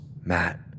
Matt